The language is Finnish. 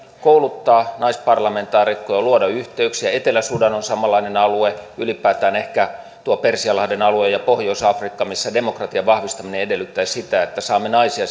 kouluttaa naisparlamentaarikkoja luoda yhteyksiä etelä sudan on samanlainen alue ylipäätään ehkä tuo persianlahden alue ja pohjois afrikka missä demokratian vahvistaminen edellyttää sitä että saamme naisia